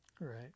Right